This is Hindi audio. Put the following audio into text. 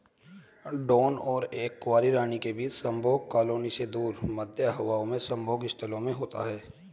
ड्रोन और एक कुंवारी रानी के बीच संभोग कॉलोनी से दूर, मध्य हवा में संभोग स्थलों में होता है